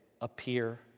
appear